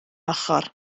ochr